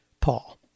Paul